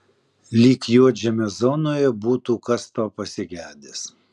lyg juodžemio zonoje būtų kas to pasigedęs